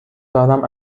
دارم